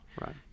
Right